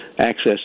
access